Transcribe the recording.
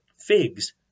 figs